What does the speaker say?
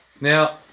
Now